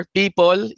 people